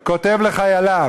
עופר וינטר, כותב לחייליו